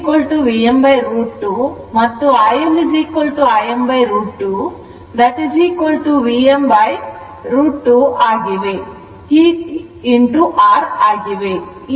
V Vm√ 2 ಮತ್ತು iL Im√ 2Vmr √ 2 ಆಗಿವೆ